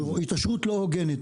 התעשרות לא הוגנת.